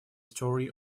story